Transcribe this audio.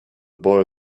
boy